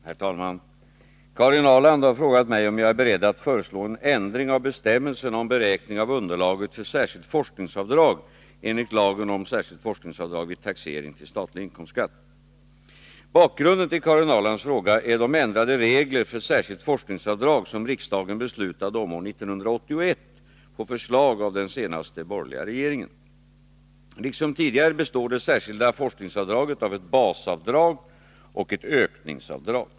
Herr talman! Karin Ahrland har frågat mig om jag är beredd att föreslå en ändring av bestämmelserna om beräkning av underlaget för särskilt forskningsavdrag enligt lagen om särskilt forskningsavdrag vid taxering till statlig inkomstskatt. Bakgrunden till Karin Ahrlands fråga är de ändrade regler för särskilt forskningsavdrag som riksdagen beslutade om år 1981 på förslag av den senaste borgerliga regeringen. Liksom tidigare består det särskilda forskningsavdraget av ett basavdrag och ett ökningsavdrag.